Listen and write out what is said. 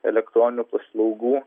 elektroninių paslaugų